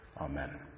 Amen